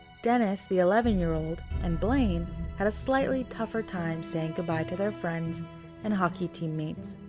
dennis, the eleven year old, and blaine had a slightly tougher time saying goodbye to their friends and hockey teammates.